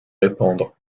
répandre